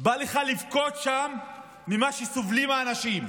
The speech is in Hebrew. בא לך לבכות שם ממה שסובלים האנשים,